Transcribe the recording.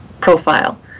profile